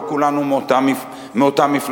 לא כולנו מאותה מפלגה,